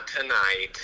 tonight